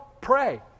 Pray